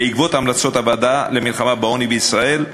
בעקבות המלצות הוועדה למלחמה בעוני בישראל,